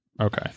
Okay